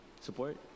support